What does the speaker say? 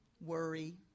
worry